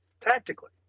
Tactically